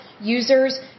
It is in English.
users